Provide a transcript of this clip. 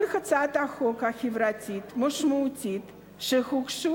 כל הצעות החוק החברתיות המשמעותיות שהוגשו